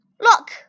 Look